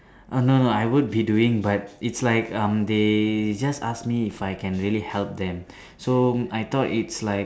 oh no no I would be doing but it's like um they just ask me if I can really help them so I thought it's like